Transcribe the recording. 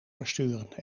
versturen